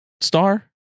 star